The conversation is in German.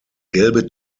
gelbe